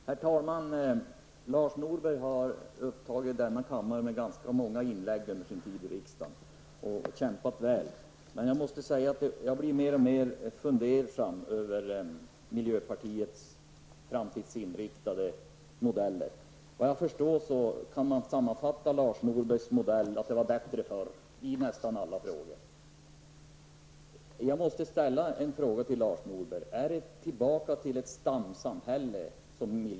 Herr talman! Lars Norberg har under sin tid i riksdagen upptagit denna kammares tid med ganska många inlägg. Han har kämpat väl. Men jag måste säga att jag blir mer och mer fundersam över miljöpartiets framtidsinriktade modeller. Lars Norbergs modell kan -- vad jag förstår -- i nästan alla frågor sammanfattas med att det var bättre förr. Jag måste ställa en fråga till Lars Norberg: Syftar miljöpartiet till att återgå till ett stamsamhälle?